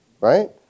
Right